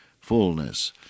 fullness